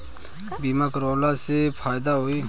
बीमा करवला से का फायदा होयी?